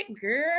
girl